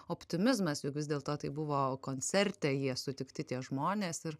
optimizmas juk vis dėlto taip buvo koncerte jie sutikti tie žmonės ir